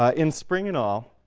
ah in spring and all